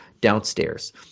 downstairs